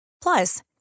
Plus